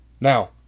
Now